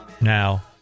now